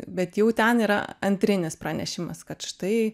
bet jau ten yra antrinis pranešimas kad štai